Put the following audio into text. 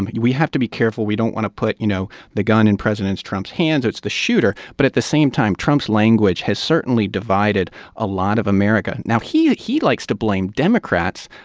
and we have to be careful. we don't want to put, you know, the gun in president trump's hands. it's the shooter. but at the same time, trump's language has certainly divided a lot of america. now, he he likes to blame democrats.